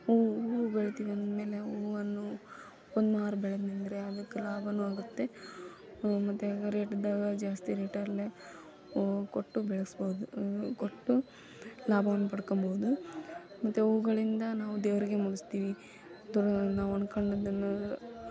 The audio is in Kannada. ಹೂವು ಹೂವು ಬೆಳಿತೀವಿ ಅಂದ್ಮೇಲೆ ಹೂವನ್ನು ಒಂದು ಮಾರು ಬೆಳೆದನೆಂದ್ರೆ ಅದಕ್ಕೆ ಲಾಭವೂ ಆಗುತ್ತೆ ಮತ್ತೆ ರೇಟ್ದ ಜಾಸ್ತಿ ರೇಟಲ್ಲೆ ಹೂ ಕೊಟ್ಟು ಬೆಳೆಸ್ಬೋದು ಹೂ ಕೊಟ್ಟು ಲಾಭವನ್ನು ಪಡ್ಕೊಳ್ಬೋದು ಮತ್ತು ಹೂಗಳಿಂದ ನಾವು ದೇವರಿಗೆ ಮುಡಿಸ್ತೀವಿ ನಾವು ಅಂದ್ಕೊಂಡಿದ್ದನ್ನ